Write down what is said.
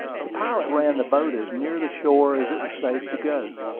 the pilot ran the boat as near the shore as it was safe to go,